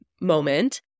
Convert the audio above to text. moment